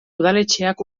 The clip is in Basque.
udaletxeak